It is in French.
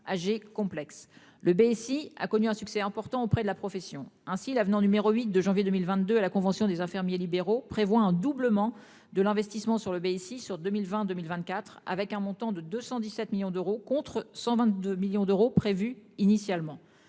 âgé complexe le BSI a connu un succès important auprès de la profession. Ainsi l'avenant numéro 8 de janvier 2022 à la convention des infirmiers libéraux, prévoit un doublement de l'investissement sur le ici sur 2022 1024 avec un montant de 217 millions d'euros contre 122 millions d'euros prévus initialement.